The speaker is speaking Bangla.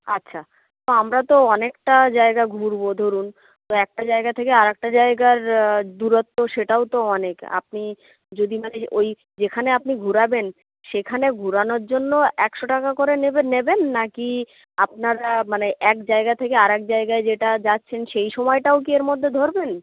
আচ্ছা তো আমরা তো অনেকটা জায়গা ঘুরব ধরুন তো একটা জায়গা থেকে আরেকটা জায়গার দূরত্ব সেটাও তো অনেক আপনি যদি মানে ওই যেখানে আপনি ঘোরাবেন সেখানে ঘোরানোর জন্য একশো টাকা করে নেবেন নাকি আপনারা মানে এক জায়গা থেকে আরেক জায়গায় যেটা যাচ্ছেন সেই সময়টাও কি এর মধ্যে ধরবেন